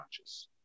conscious